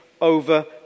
over